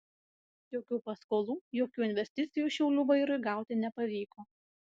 jokių paskolų jokių investicijų šiaulių vairui gauti nepavyko